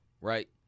right